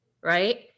right